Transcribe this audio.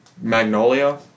Magnolia